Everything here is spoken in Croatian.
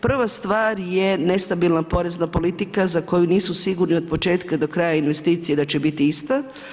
Prva stvar je nestabilna porezna politika za koju nisu sigurni od početka do kraja investicije da će biti ista.